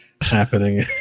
happening